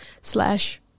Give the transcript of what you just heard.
slash